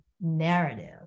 narrative